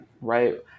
right